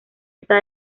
está